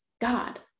God